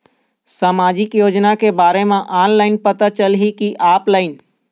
सामाजिक योजना के बारे मा ऑनलाइन पता चलही की ऑफलाइन?